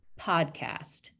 podcast